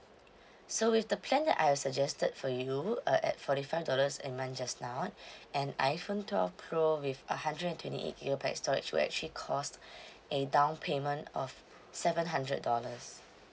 so with the plan that I've suggested for you uh at forty five dollars a month just now an iphone twelve pro with uh hundred twenty eight gigabytes storage will actually cost a downpayment of seven hundred dollars